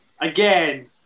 again